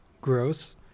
Gross